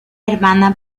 hermana